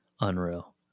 Unreal